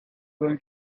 going